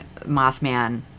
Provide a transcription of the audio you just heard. Mothman